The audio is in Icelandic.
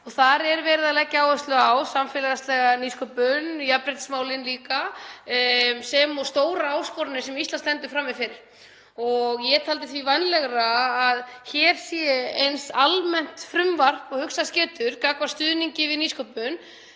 Þar er verið að leggja áherslu á samfélagslega nýsköpun, jafnréttismálin líka sem og stórar áskoranir sem Ísland stendur frammi fyrir. Ég taldi því vænlegra að hér sé eins almennt frumvarp og hugsast getur gagnvart stuðningi við nýsköpun